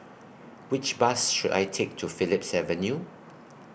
Which Bus should I Take to Phillips Avenue